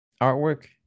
Artwork